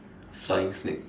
flying snake